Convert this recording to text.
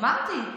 אמרתי.